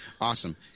awesome